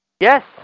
Yes